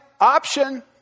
option